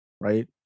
right